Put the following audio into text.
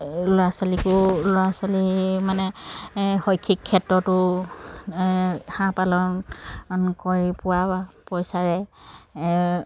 ল'ৰা ছোৱালীকো ল'ৰা ছোৱালী মানে শৈক্ষিক ক্ষেত্ৰতো হাঁহ পালন কৰি পোৱা পইচাৰে